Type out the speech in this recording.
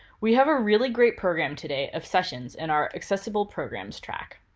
we have a really great program today of sessions in our accessible programs track.